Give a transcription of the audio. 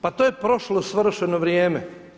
Pa to je prošlo svršeno vrijeme.